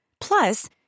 Plus